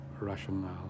rational